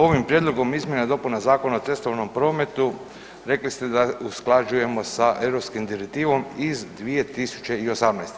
Ovim Prijedlogom izmjena i dopuna Zakona o cestovnom prometu rekli ste da usklađujemo sa europskom direktivom iz 2018.